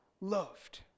loved